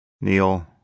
Neil